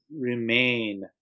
remain